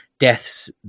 deaths